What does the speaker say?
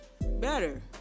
better